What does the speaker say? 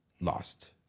lost